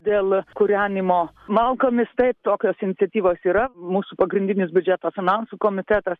dėl kūrenimo malkomis taip tokios iniciatyvos yra mūsų pagrindinis biudžeto finansų komitetas